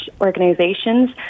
organizations